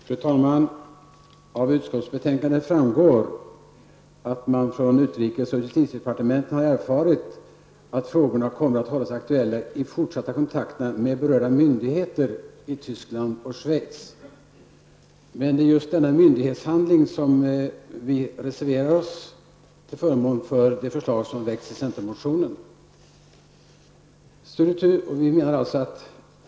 Fru talman! Av utskottsbetänkandet framgår att man har ''från utrikes och justitiedepartementen erfarit att frågorna kommer att hållas aktuella i de fortsatta kontakterna med berörda myndigheter i Tyskland och Schweiz''. Men det är just på grund av denna myndighetshandling som vi har reserverat oss till förmån för förslaget i centermotionen.